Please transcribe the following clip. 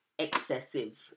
excessive